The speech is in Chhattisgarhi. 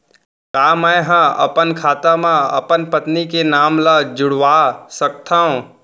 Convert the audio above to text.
का मैं ह अपन खाता म अपन पत्नी के नाम ला जुड़वा सकथव?